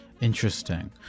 Interesting